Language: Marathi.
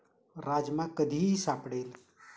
राजमा कधीही सापडेल